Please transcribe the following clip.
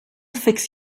fix